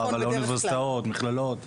אבל אוניברסיטאות, מכללות?